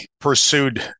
pursued